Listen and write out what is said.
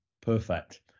Perfect